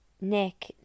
Nick